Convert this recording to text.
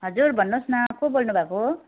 हजुर भन्नुहोस् न को बोल्नु भएको